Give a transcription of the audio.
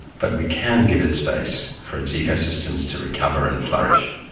but we can give it space for its ecosystems to recover and flourish,